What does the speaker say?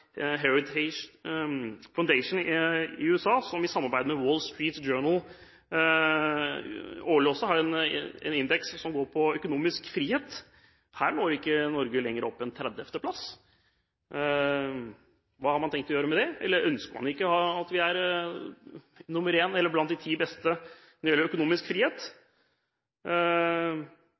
Heritage Foundation i USA, som i samarbeid med The Wall Street Journal har en årlig indeks som går på økonomisk frihet. Her når ikke Norge lenger opp enn til 30. plass. Hva har man tenkt å gjøre med det? Ønsker man ikke å være nr. 1 eller blant de ti beste når det gjelder økonomisk frihet?